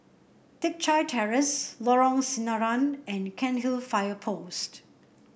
Teck Chye Terrace Lorong Sinaran and Cairnhill Fire Post